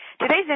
Today's